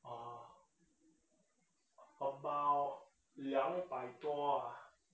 uh about 两百多啊